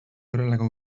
horrelako